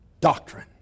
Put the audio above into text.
doctrine